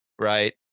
right